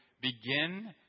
begin